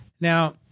Now